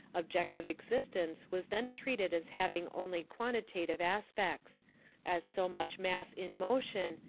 objective existence was then treated as having only quantitative aspects as so much mass in motion,